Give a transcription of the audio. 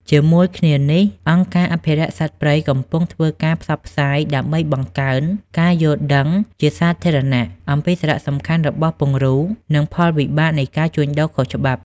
ជាមួយគ្នានេះ អង្គការអភិរក្សសត្វព្រៃកំពុងធ្វើការផ្សព្វផ្សាយដើម្បីបង្កើន ការយល់ដឹងជាសាធារណៈ អំពីសារៈសំខាន់របស់ពង្រូល និងផលវិបាកនៃការជួញដូរខុសច្បាប់។